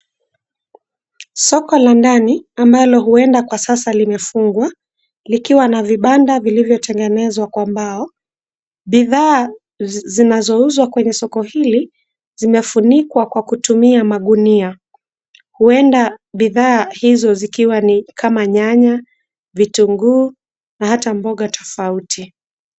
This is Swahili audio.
Soko la ndani ambalo huenda kwa sasa limefungwa likiwa na vibanda vilivyotengenezwa kwa mbao, bidhaa zinazouzwa kwa soko hili zimefunikwa kwa kutumia magunia , huenda bidhaa hizi zikiwa ni kama nyanya , vitunguu na hata mboga tofauti.